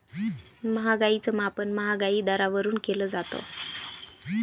महागाईच मापन महागाई दरावरून केलं जातं